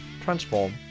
transform